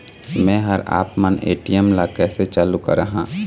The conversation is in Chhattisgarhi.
मैं हर आपमन ए.टी.एम ला कैसे चालू कराहां?